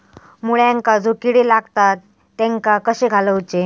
मुळ्यांका जो किडे लागतात तेनका कशे घालवचे?